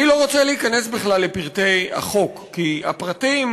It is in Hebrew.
אני לא רוצה להיכנס בכלל לפרטי החוק כי הפרטים,